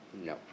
No